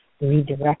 redirect